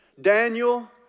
Daniel